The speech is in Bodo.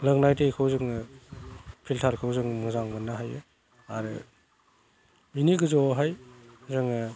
लोंनाय दैखौ जोङो फिल्टारखौ जों मोजां मोननो हायो आरो बेनि गोजौआवहाय जोङो